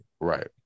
Right